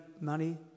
money